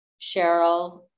cheryl